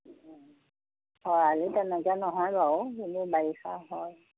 খৰালি তেনেকে নহয় বাৰু কিন্তু বাৰিষা হয়